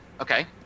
okay